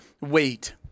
wait